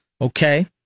Okay